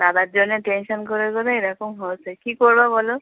দাদার জন্যে টেনশন করে করে এরকম হচ্ছে কী করবা বলো